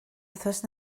wythnos